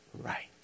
right